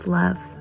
love